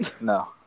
No